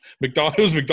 McDonald's